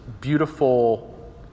beautiful